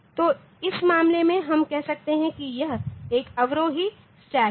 तो इस मामले में हम कह सकते हैं कि यह एक अवरोही स्टैक है